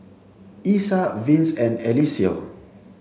Isaak Vince and Eliseo